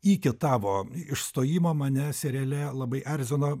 iki tavo išstojimo mane seriale labai erzino